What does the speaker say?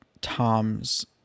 Tom's